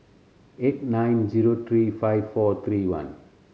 eight nine zero three five four three one